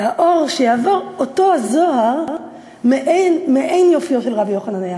האור שיעבור, אותו זוהר, מעין יופיו של רבי יוחנן.